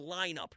lineup